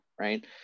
right